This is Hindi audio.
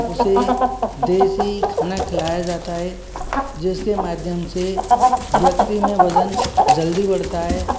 उसे देसी खाना खिलाया जाता है जिसके माध्यम से व्यक्ति में वजन जल्दी बढ़ता है